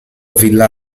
villa